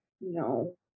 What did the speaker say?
no